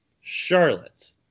Charlotte